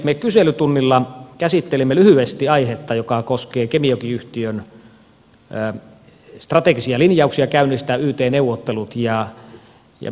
me kyselytunnilla käsittelimme lyhyesti aihetta joka koskee kemijoki yhtiön strategisia linjauksia käynnistää yt neuvottelut